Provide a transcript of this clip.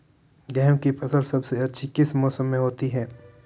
गेंहू की फसल सबसे अच्छी किस मौसम में होती है?